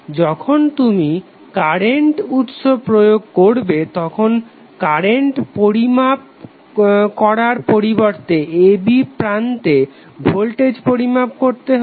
যখন তুমি কারেন্ট উৎস প্রয়োগ করবে তখন কারেন্ট পরিমাপ করার পরিবর্তে a b প্রান্তে ভোল্টেজ পরিমাপ করতে হবে